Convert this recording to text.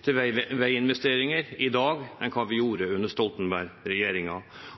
til veiinvesteringer i dag enn hva vi gjorde under